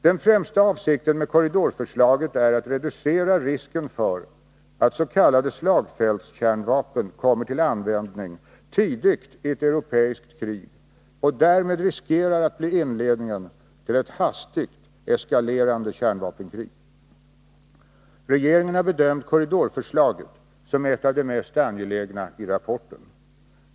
Den främsta avsikten med korridorförslaget är att reducera risken för att s.k. slagfältskärnvapen kommer till användning tidigt i ett europeiskt krig och därmed riskerar att bli inledningen till ett hastigt eskalerande kärnvapenkrig. Regeringen har bedömt korridorförslaget som ett av de mest angelägna i rapporten.